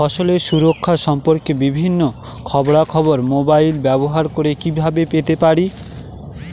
ফসলের সুরক্ষা সম্পর্কে বিভিন্ন খবরা খবর মোবাইল ব্যবহার করে কিভাবে পেতে পারি?